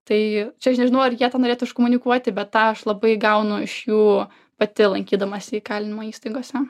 tai čia aš nežinau ar jie tą norėtų iškomunikuoti bet tą aš labai gaunu iš jų pati lankydamasi įkalinimo įstaigose